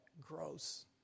gross